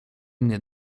mnie